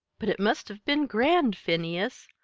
but it must have been grand, phineas!